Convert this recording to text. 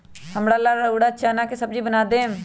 हमरा ला रउरा चना के सब्जि बना देम